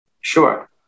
Sure